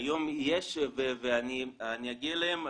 היום יש ואני אגיע אליהם,